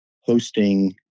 hosting